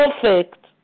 perfect